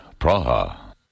Praha